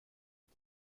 ont